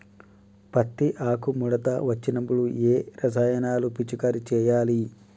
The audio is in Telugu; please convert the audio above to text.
పత్తి ఆకు ముడత వచ్చినప్పుడు ఏ రసాయనాలు పిచికారీ చేయాలి?